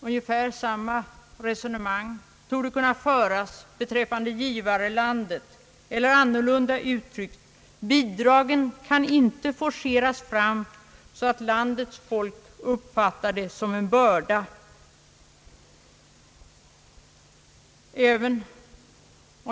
Ungefär samma resonemang torde kunna föras beträffande givarlandet — eller annorlunda uttryckt: bidragen kan inte forceras fram så att landets folk uppfattar dem som en börda.